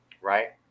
Right